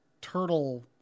turtle